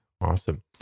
Awesome